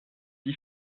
die